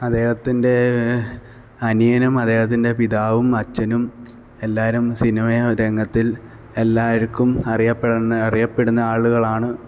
അദ്ദേഹത്തിന്റെ അനിയനും അദ്ദേഹത്തിന്റെ പിതാവും അച്ഛനും എല്ലാവരും സിനിമ രംഗത്തില് എല്ലാവർക്കും അറിയപ്പെടണ അറിയപ്പെടുന്ന ആളുകളാണ്